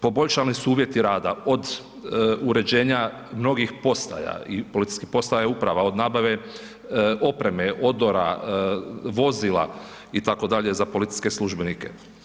Poboljšani su uvjeti rada, od uređenja mnogih postaja i policijskih postaja i uprava, od nabave opreme, odora, vozila itd. za policijske službenike.